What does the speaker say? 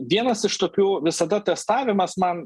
vienas iš tokių visada testavimas man